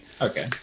Okay